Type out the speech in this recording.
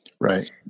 Right